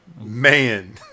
Man